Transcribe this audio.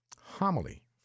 homily